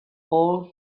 all